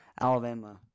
Alabama